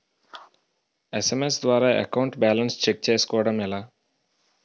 SMS ద్వారా account balance check చేసుకోవటం ఎలా?